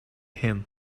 him